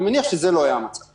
אני מניח שזה לא הרצון.